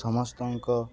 ସମସ୍ତଙ୍କ